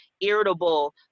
irritable